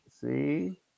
See